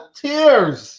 tears